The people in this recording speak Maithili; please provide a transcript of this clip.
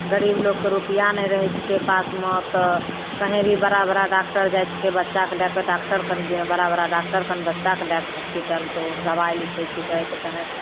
गरीब लोगके रूपैआ नहि रहैत छिकै पासमे तऽ कही भी बड़ा बड़ा डॉक्टर जाए छिकै बच्चाके लैके डॉक्टर कन बड़ा बड़ा डॉक्टर कन बच्चाके लैके होस्पिटल तऽ ओ दबाइ लिखैत छीकै तऽ कही